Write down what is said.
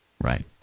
Right